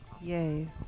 Yay